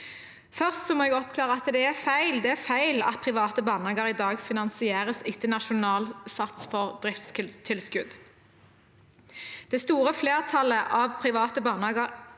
Først må jeg oppklare en feil. Det er feil at private barnehager i dag finansieres etter nasjonal sats for driftstilskudd. Det store flertallet av private barnehager